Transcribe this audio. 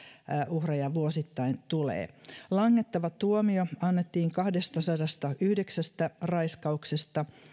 uhreja rikosuhritutkimuksen mukaan vuosittain tulee langettava tuomio annettiin kahdestasadastayhdeksästä raiskauksesta